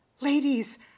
Ladies